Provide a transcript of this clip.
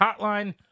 hotline